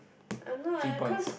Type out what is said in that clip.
I'm not leh cause